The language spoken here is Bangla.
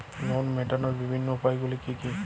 লোন মেটানোর বিভিন্ন উপায়গুলি কী কী?